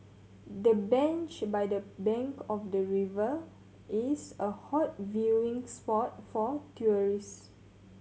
the bench by the bank of the river is a hot viewing spot for tourists